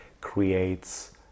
creates